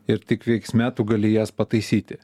ir tik veiksme tu gali jas pataisyti